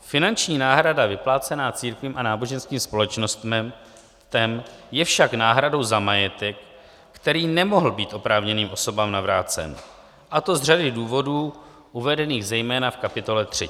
Finanční náhrada vyplácená církvím a náboženským společnostem je však náhradou za majetek, který nemohl být oprávněným osobám navrácen, a to z řady důvodů uvedených zejména v kapitole třetí.